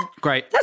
Great